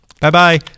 Bye-bye